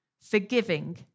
forgiving